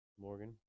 Morgan